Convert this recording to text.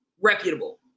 reputable